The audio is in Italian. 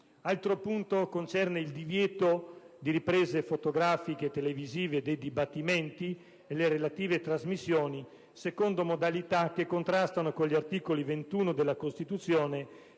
Altro punto concerne il divieto di riprese fotografiche e televisive dei dibattimenti e delle relative trasmissioni, secondo modalità che contrastano con l'articolo 21 della Costituzione